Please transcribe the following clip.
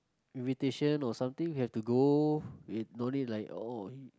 invitation or something we have to go if no need like oh